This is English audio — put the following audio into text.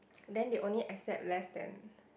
then they only accept less than